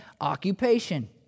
occupation